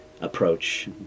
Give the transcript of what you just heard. approach